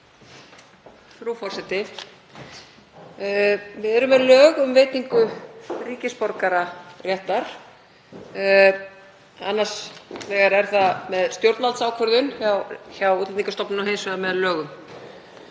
Frú forseti. Við erum með lög um veitingu ríkisborgararéttar. Annars vegar er það með stjórnvaldsákvörðun hjá Útlendingastofnun og hins vegar með lögum.